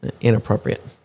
inappropriate